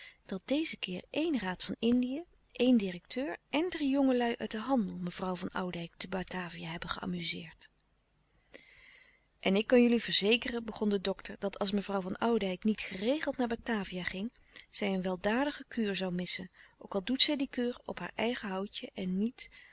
dat dezen keer éen raad van indië éen directeur en drie jongelui uit den handel mevrouw van oudijck te batavia hebben geamuzeerd en ik kan jullie verzekeren begon de dokter dat als mevrouw van oudijck niet geregeld naar batavia ging zij een weldadige kuur zoû missen ook al doet zij die kuur op haar eigen houtje en niet